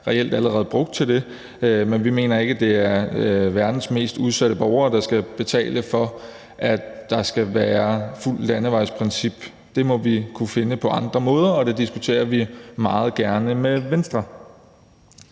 reelt allerede er brugt til det, men vi mener ikke, det er verdens mest udsatte borgere, der skal betale for, at der skal være fuldt landevejsprincip. Det må vi kunne finde på andre måder, og det diskuterer vi meget gerne med Venstre.